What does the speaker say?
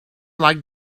like